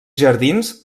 jardins